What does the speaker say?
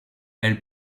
elle